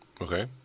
Okay